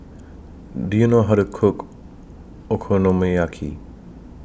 Do YOU know How to Cook Okonomiyaki